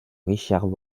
richard